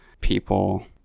people